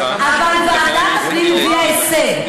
אבל ועדת הפנים הביאה הישג.